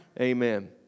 Amen